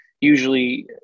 usually